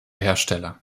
hersteller